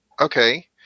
Okay